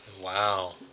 Wow